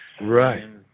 Right